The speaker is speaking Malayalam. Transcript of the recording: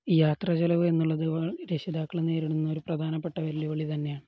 യാത്രാച്ചലവ് എന്നുള്ളത് രക്ഷിതാക്കള് നേരിടുന്ന ഒരു പ്രധാനപ്പെട്ട വെല്ലുവിളി തന്നെയാണ്